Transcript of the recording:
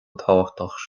tábhachtach